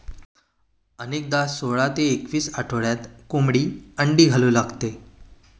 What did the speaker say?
अनेकदा सोळा ते एकवीस आठवड्यात कोंबडी अंडी घालू शकते